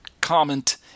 comment